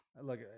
look